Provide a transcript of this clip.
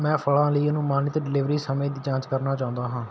ਮੈਂ ਫ਼ਲਾਂ ਲਈ ਅਨੁਮਾਨਿਤ ਡਿਲੀਵਰੀ ਸਮੇਂ ਦੀ ਜਾਂਚ ਕਰਨਾ ਚਾਹੁੰਦਾ ਹਾਂ